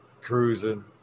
cruising